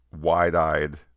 wide-eyed